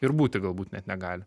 ir būti galbūt net negali